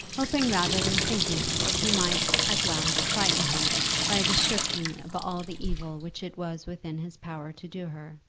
hoping rather than thinking that he might at last frighten her by a description of all the evil which it was within his power to do her.